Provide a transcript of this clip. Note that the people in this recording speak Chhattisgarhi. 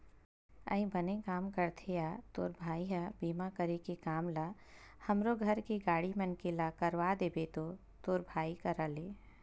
अई बने काम करथे या तोर भाई ह बीमा करे के काम ल हमरो घर के गाड़ी मन के ला करवा देबे तो तोर भाई करा ले